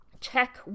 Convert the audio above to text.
check